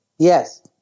Yes